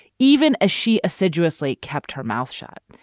even as she assiduously kept her mouth shut.